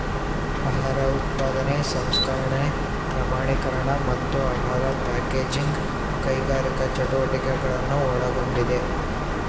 ಆಹಾರ ಉತ್ಪಾದನೆ ಸಂಸ್ಕರಣೆ ಪ್ರಮಾಣೀಕರಣ ಮತ್ತು ಆಹಾರ ಪ್ಯಾಕೇಜಿಂಗ್ ಕೈಗಾರಿಕಾ ಚಟುವಟಿಕೆಗಳನ್ನು ಒಳಗೊಂಡಿದೆ